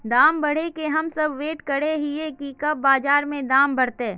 दाम बढ़े के हम सब वैट करे हिये की कब बाजार में दाम बढ़ते?